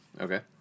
Okay